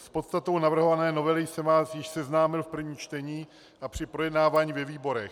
S podstatou navrhované novely jsem vás již seznámil v prvním čtení a při projednávání ve výborech.